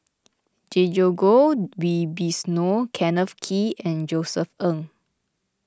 Djoko Wibisono Kenneth Kee and Josef Ng